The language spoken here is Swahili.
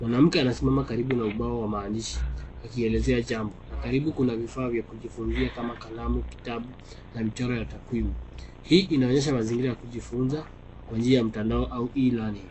Mwanamke anasimama karibu na ubao wa maandishi akielezea jambo na karibu kuna vifaa vya kujifunzia kama kalamu, kitabu na michoro ya takwimu. Hii inaonyesha mazingira ya kujifunza kwa njia ya mtandao au e-learning .